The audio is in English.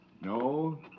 No